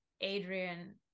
adrian